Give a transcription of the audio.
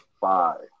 five